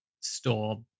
store